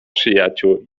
przyjaciół